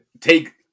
take